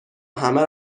همه